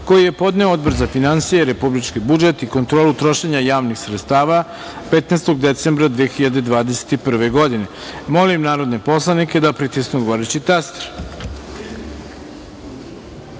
koji je podneo Odbor za finansije, republički budžet i kontrolu trošenja javnih sredstava, 15. decembra 2021. godine. Molim narodne poslanike da pritisnu odgovarajući